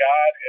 God